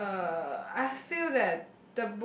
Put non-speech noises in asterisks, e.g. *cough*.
*noise* uh I feel that